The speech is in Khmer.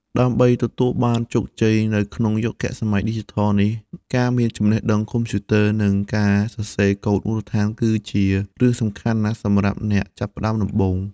ដើម្បីទទួលបានជោគជ័យនៅក្នុងយុគសម័យឌីជីថលនេះ ការមានចំណេះដឹងកុំព្យូទ័រ និងការសរសេរកូដមូលដ្ឋានគឺជារឿងសំខាន់ណាស់សម្រាប់អ្នកចាប់ផ្តើមដំបូង។